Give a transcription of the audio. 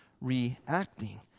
reacting